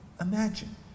imagine